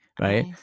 Right